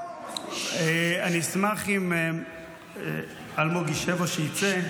אני אשמח אם אלמוג ישב או שיצא.